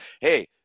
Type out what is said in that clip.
Hey